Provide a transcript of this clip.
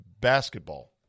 basketball